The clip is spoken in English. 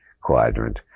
quadrant